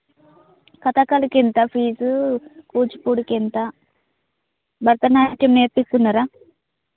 కథాకళికి ఎంత ఫీజు కూచిపూడికి ఎంత భరతనాట్యం నేర్పిస్తున్నారా